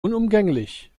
unumgänglich